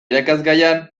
irakasgaian